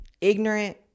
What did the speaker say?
ignorant